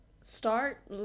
start